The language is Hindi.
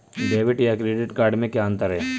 डेबिट या क्रेडिट कार्ड में क्या अन्तर है?